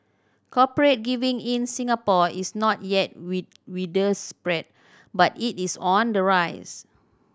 corporate giving in Singapore is not yet wit widespread but it is on the rise